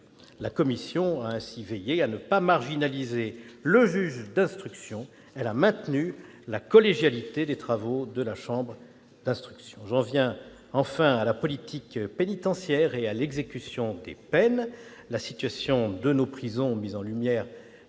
La commission a ainsi veillé à ne pas marginaliser le juge d'instruction et a maintenu la collégialité des travaux de la chambre d'instruction. J'en viens enfin à la politique pénitentiaire et à l'exécution des peines. La situation de nos prisons, mise en lumière